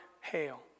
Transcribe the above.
hail